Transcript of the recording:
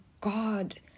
God